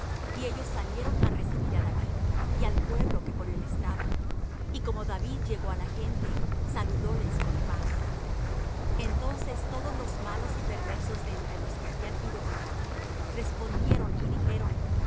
y ellos salieron á recibir á david y al pueblo que con él estaba y como david llegó á la gente saludóles con paz entonces todos los malos y perversos de entre los que habían ido con david respondieron y dijeron